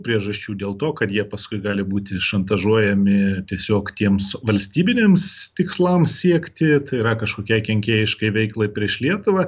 priežasčių dėl to kad jie paskui gali būti šantažuojami tiesiog tiems valstybiniams tikslams siekti tai yra kažkokiai kenkėjiškai veiklai prieš lietuvą